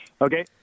Okay